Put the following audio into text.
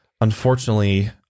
unfortunately